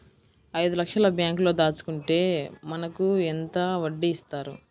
ఐదు లక్షల బ్యాంక్లో దాచుకుంటే మనకు ఎంత వడ్డీ ఇస్తారు?